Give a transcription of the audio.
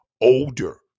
older